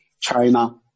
China